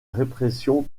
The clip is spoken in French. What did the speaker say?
répression